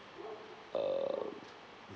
err